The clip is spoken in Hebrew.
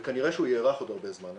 וכנראה שהוא יארך עוד הרבה זמן.